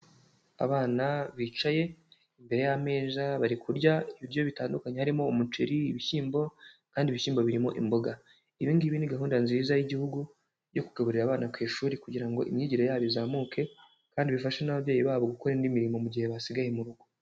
Abana bicaye imbere y'ameza bari kurya ibiryo bitandukanye. Harimo umuceri, ibishyimbo kandi ibishyimbo birimo imboga. Ibi ngibi ni gahunda nziza y'Igihugu yo kugaburira abana ku ishuri, kugira ngo imyigire yabo izamuke, kandi bifashe n'ababyeyi babo gukora indi mirimo, mu gihe basigaye mu rugo.